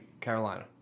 Carolina